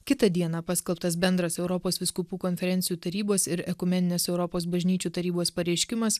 kitą dieną paskelbtas bendras europos vyskupų konferencijų tarybos ir ekumeninės europos bažnyčių tarybos pareiškimas